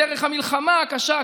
בדרך המלחמה הקשה,